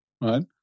right